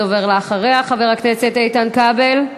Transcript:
הדובר אחריה, חבר הכנסת איתן כבל,